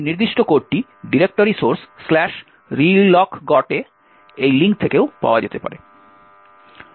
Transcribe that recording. এখন এই নির্দিষ্ট কোডটি ডিরেক্টরি সোর্স relocgot এ এই লিঙ্ক থেকেও পাওয়া যেতে পারে